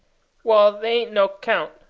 well, they ain't no count,